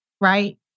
Right